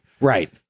Right